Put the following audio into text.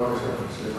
סליחה.